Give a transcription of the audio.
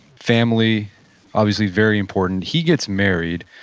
family obviously very important. he gets married.